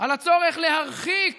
על הצורך להרחיק